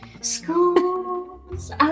schools